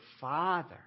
father